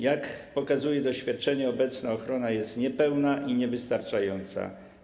Jak pokazuje doświadczenie, obecna ochrona jest niepełna i niewystarczająca.